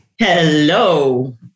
Hello